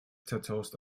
zerzaust